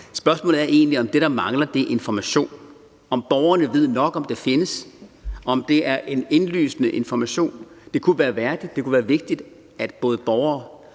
Spørgsmålet er egentlig, om det, der mangler, er information; om borgerne ved nok om, at det findes; om det er en indlysende information. Det kunne være vigtigt, at både borgere